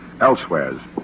elsewhere